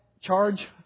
Charge